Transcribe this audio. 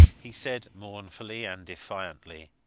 he said mournfully and defiantly,